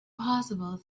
possible